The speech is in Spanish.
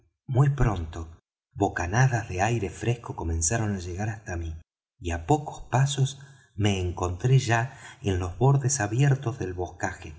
muy pronto bocanadas de aire fresco comenzaron á llegar hasta mí y á pocos pasos me encontré ya en los bordes abiertos del boscaje